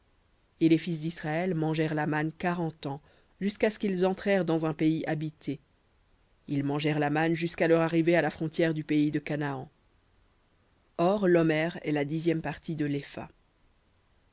et les fils d'israël mangèrent la manne quarante ans jusqu'à ce qu'ils entrèrent dans un pays habité ils mangèrent la manne jusqu'à leur arrivée à la frontière du pays de canaan or l'omer est la dixième partie de l'épha